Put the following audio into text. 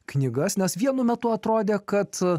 knygas nes vienu metu atrodė kad